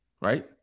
right